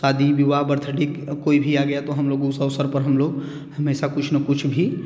शादी विवाह बर्थडे कोई भी आ गया तो हम लोग उस अवसर पर हम लोग हमेशा कुछ ना कुछ भी